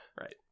Right